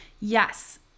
Yes